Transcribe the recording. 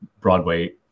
Broadway